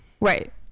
right